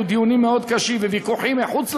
היו דיונים מאוד קשים וויכוחים מחוץ לוועדה,